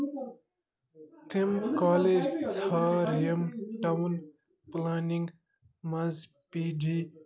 تِم کالیج ژھانڈ یِم ٹاوُن پٕلینِنٛگ مَنٛز پی جی